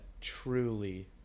truly